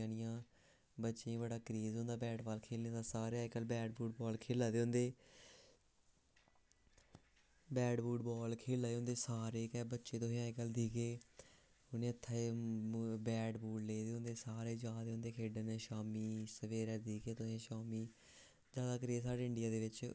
मिली जानियां बच्चें ई ते बड़ा क्रेज होंदा बैट बाल खेलने दा सारे अज्जकल बैट बाल खेला दे होंदे बैट बूट बॉल खेला दे होंदे सारे गै बच्चे तुस अज्जकल दिक्खगे उ'नें हत्थें बैट बूट ले दे होंदे ते सारे जा दे होंदे खैढने शामीं सवेरे बी खेलना शामीं ते जादा करियै साढ़े इंडिया दे बिच